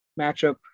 matchup